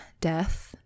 death